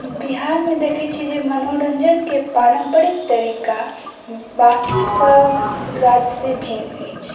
बिहार मे देखै छी जे मनोरञ्जन के पारम्परिक तरीका बाकी सब राज्य से भिन्न होइ छै